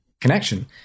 connection